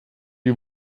die